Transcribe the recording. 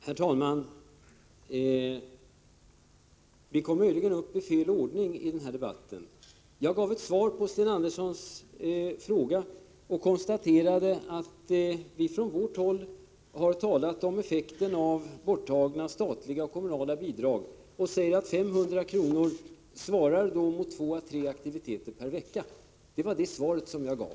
Herr talman! Vi kom möjligen upp i fel ordning i den här debatten. Jag gav ett svar på Sten Anderssons fråga och konstaterade att vi från vårt håll har talat om effekten av borttagna statliga och kommunala bidrag och sagt att 500 kr. då svarar mot två å tre aktiviteter per vecka. Det var det svaret jag gav.